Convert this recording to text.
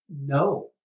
No